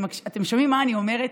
אתם שומעים מה אני אומרת?